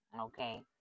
okay